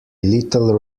little